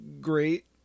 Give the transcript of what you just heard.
great